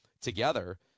together